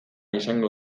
izango